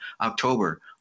October